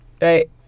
Right